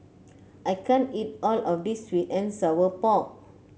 I can't eat all of this sweet and Sour Pork